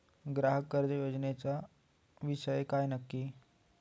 ग्राहक कर्ज योजनेचो विषय काय नक्की?